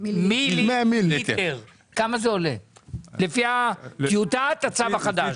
מיליליטר לפי טיוטת הצו החדש.